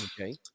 Okay